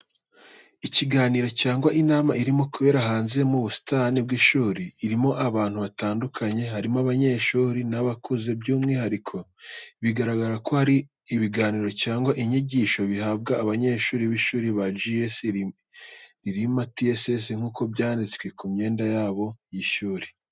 Ikiganiro cyangwa inama irimo kubera hanze mu busitani bw’ishuri. Irimo abantu batandukanye, harimo abanyeshuri n’abakuze, by’umwihariko bigaragara ko hari ibiganiro cyangwa inyigisho bihabwa abanyeshuri b’ishuri rya GS RILIMA TSS nk’uko byanditse ku myenda yabo y’ishuri.